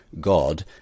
God